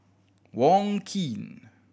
Wong Keen